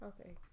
Okay